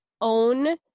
own